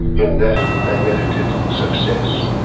in that i merited success.